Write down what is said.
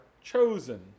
chosen